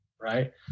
right